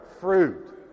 fruit